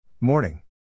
Morning